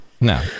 No